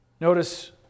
Notice